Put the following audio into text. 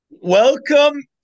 Welcome